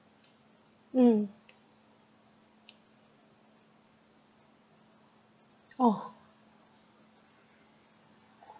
mm oh